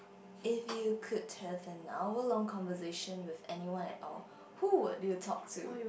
if you could have an hour long conversation with anyone at all who would you talk to